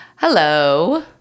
Hello